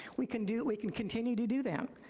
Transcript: we can do, we can continue to do that.